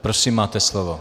Prosím, máte slovo.